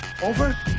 Over